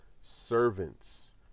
servants